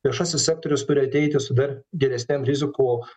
viešasis sektorius turi ateiti su dar didesnėm rizikų